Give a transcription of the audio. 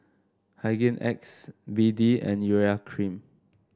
Hygin X B D and Urea Cream